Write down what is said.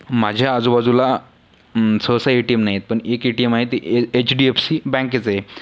माझ्या आजूबाजूला सहसा ए टी एम नाही आहेत पण एक ए टी एम आहे ते ए एच डी एफ सी बँकेचं आहे